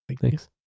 Thanks